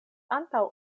antaŭ